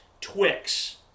Twix